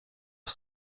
die